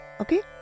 Okay